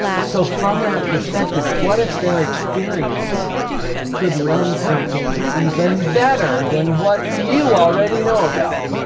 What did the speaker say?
so, from that perspective, what if their experience could lend something that's even better than what you already know about?